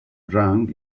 drunk